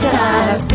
time